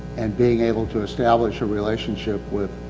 and being able to establish a relationship with.